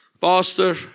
pastor